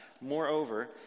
Moreover